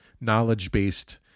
knowledge-based